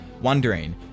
wondering